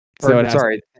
Sorry